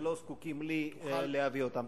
ולא זקוקים לי כדי להביא אותם.